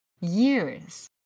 Years